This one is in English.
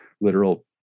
literal